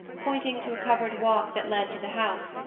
pointing to a covered walk that led to the house,